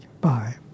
Bye